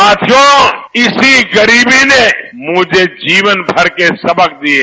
साथियों इसी गरीबी ने मुझे जीवन भर के सबक दिये